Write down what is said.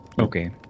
Okay